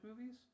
movies